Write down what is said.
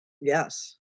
Yes